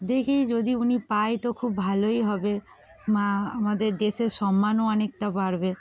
দেখি যদি উনি পায় তো খুব ভালোই হবে মা আমাদের দেশের সম্মানও অনেকটা বাড়বে